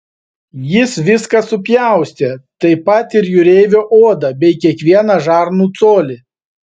jis viską supjaustė taip pat ir jūreivio odą bei kiekvieną žarnų colį